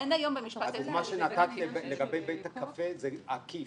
לגבי בית הקפה זה עקיף,